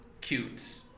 cute